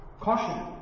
caution